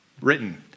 written